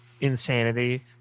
insanity